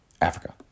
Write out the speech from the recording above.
Africa